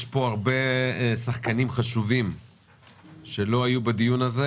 יש הרבה שחקנים חשובים שלא היו בדיון הזה,